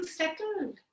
settled